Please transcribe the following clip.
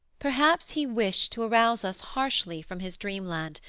perhaps he wished to arouse us harshly from his dreamland,